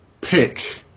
pick